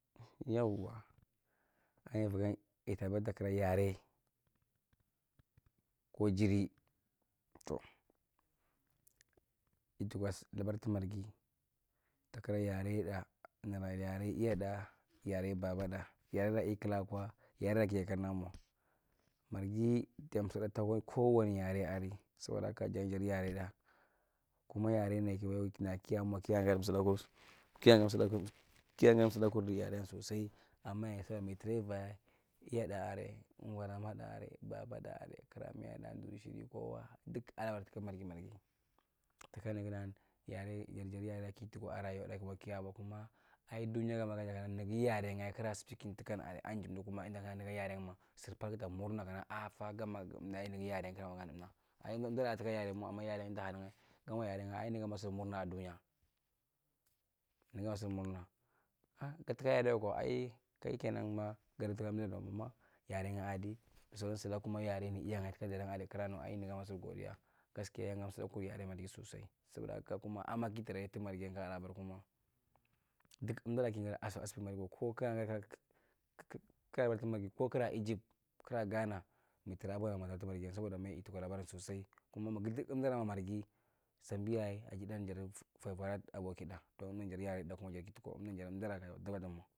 Yauwa ainya vigan ita labar takira yare ko jiri tow itikwa labar tu margi takira yaretda nira yare iyad’na yare babatnu yarera kilaakwa yarera kiakda mwa margi tim sudu koawani yare ari sobodahaka sagan jatfu yare’tna kuma yareda kiwi nakia gaadi sudakur kia gadi tsudakur kia gadi tsudakur yarian sosai ama yayi mitravaie iyada area gwaramad’da’arae babada area kramiadda duri shiri kowa duk alabar tuka margi margi takira nigan jajad yarena ki takwa akwa rayuda kuma aidunya gamma gara kana nigi yarenya kiga soeking tukan area a jirdu kum nigi yarenyae surka murna nathkana ah fa gamm gu smdae nigi yarenyae kundunu gamna ai gundura kuliwa mawa ama tuka yaren kamta hadanyae gamna yarenyae ae nigamna surmurana akwa dunyae niganma surmurna gattuka yarewaka ai kai ken engma gadutuka emdura tamumma yaranyae adi da sauran sulaa kuma yaren iyanyae tuka dadanyae di kigra nuwae ai nigamma sur godia gaskiya yangamsudakur yari mudi sosai saboda haka ama ki tra ye tumargiyam kaa labar kuma duk emduro kigadi kana asasmai kwa ko kigaa gadi ko kigara egypt kigra aaana mitra bodu yita labar ti margi sabo da ma’a ittikwa labaran sosai kuma duk emdura mwa margi sambiyayae ajian jadififfoyaa abokida domin jadu yareda kuma jadi ki tukwa emdu jadi emduraaki tokwa tamwa.